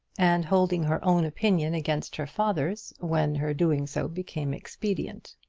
and holding her own opinion against her father's when her doing so became expedient.